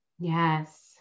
Yes